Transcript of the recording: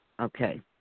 Okay